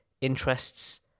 interests